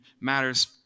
matters